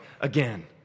again